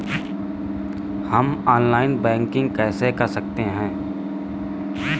हम online banking कैसे कर सकते हैं?